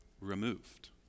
removed